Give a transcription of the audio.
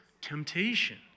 temptation